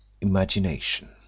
imagination